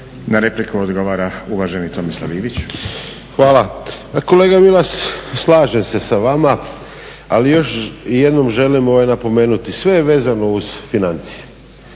Na repliku odgovara uvaženi Tomislav Ivić. **Ivić, Tomislav (HDZ)** Hvala. Kolega Milas slažem se sa vama, ali još jednom želim napomenuti sve je vezano uz financije